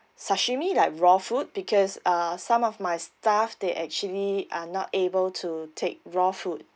sashimi like raw food because uh some of my staff they actually are not able to take raw food